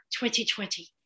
2020